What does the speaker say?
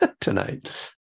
tonight